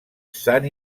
san